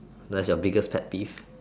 that's your biggest pet peeve